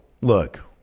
look